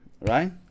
right